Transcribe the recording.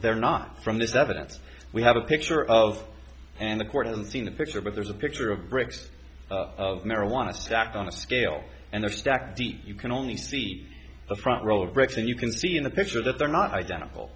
they're not from this evidence we have a picture of and the court hasn't seen the picture but there's a picture of bricks of marijuana stacked on a scale and they're stacked deep you can only see the front row of bricks and you can see in the picture that they're not identical